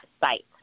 site